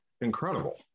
incredible